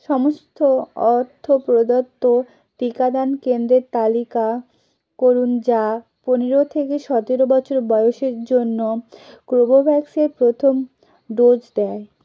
সমস্থ অর্থপ্রদত্ত টিকাদান কেন্দ্রের তালিকা করুন যা পনেরো থেকে সতেরো বছর বয়সের জন্য কোভোভ্যাক্সের প্রথম ডোজ দেয়